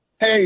Hey